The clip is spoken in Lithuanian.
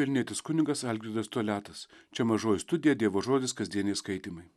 vilnietis kunigas algirdas toliatas čia mažoji studija dievo žodis kasdieniai skaitymai